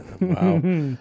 Wow